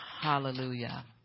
Hallelujah